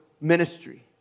ministry